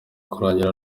kurangira